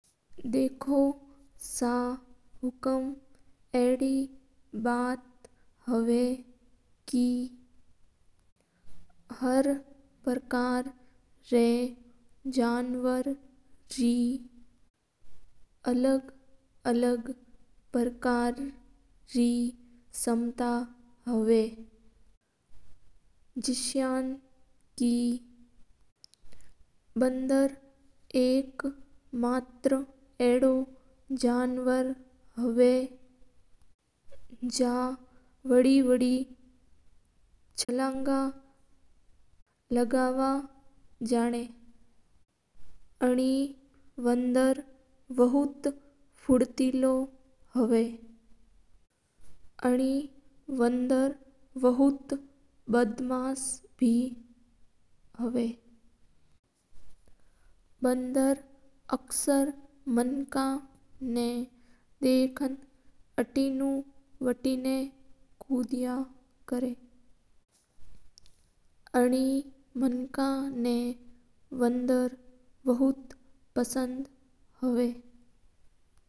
देखो सा हुकूम हर प्रकार रा जानवर रा अलग-अलग क्षमता हवा। जसा कर बंदर एक प्रकार रो अड़ो जानवर हवा जको बड़ी-बड़ी छलांगा लगव ने जना है। अणि बंदर बौट फूर्तलो हवा अणि बो बौट बदमास हवा अणि बो मणका ना डाकण अतिनु अतनी बागा हा।